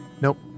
Nope